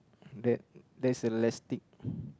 that that's a lastik